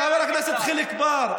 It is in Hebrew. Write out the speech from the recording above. חבר הכנסת חיליק בר,